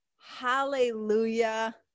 hallelujah